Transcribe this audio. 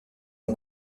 mon